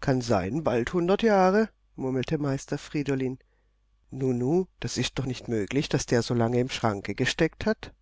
kann sein bald hundert jahre murmelte meister friedolin nu nu das ist doch nicht möglich daß der so lange im schranke gesteckt hat